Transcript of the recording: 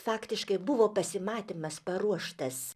faktiškai buvo pasimatymas paruoštas